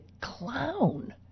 clown